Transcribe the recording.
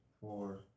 four